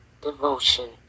devotion